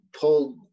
pulled